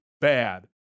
bad